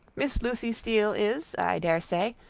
miss lucy steele is, i dare say,